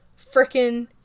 freaking